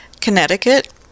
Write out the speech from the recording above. Connecticut